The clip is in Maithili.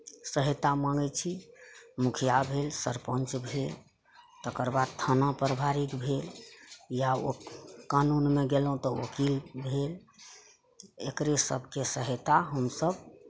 सहयता माँगै छी मुखिया भेल सरपञ्च भेल तकर बाद थाना परिवारिक भेल या ओ कानूनमे गेलहुॅं तऽ वकील भेल एकरे सबके सहयता हमसब